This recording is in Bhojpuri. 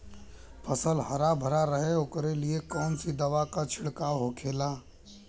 फसल हरा भरा रहे वोकरे लिए कौन सी दवा का छिड़काव होखेला?